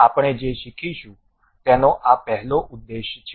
આપણે જે શીખીશું તેનો આ પહેલો ઉદ્દેશ છે